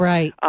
Right